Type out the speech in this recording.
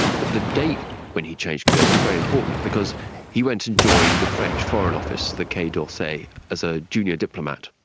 but the date when he changed careers is very important because he went and joined the french foreign office, the quai d'orsay, as a junior diplomat.